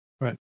right